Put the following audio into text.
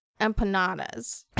empanadas